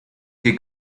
que